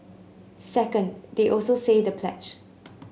second they also say the pledge